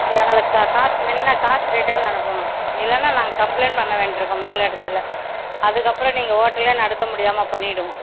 எங்களுக்கு கா காசு முன்ன காசு ரிட்டன் அனுப்புங்க இல்லைன்னா நாங்கள் கம்ப்ளைண்ட் பண்ண வேண்டி இருக்கும் மேல் இடத்துல அதுக்கு அப்றம் நீங்கள் ஓட்டலே நடத்த முடியாமல் பண்ணிடும்